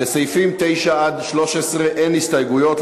לסעיפים 9 עד 13 אין הסתייגויות,